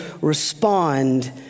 respond